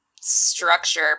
structure